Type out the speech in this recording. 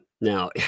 Now